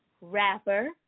rapper